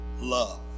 love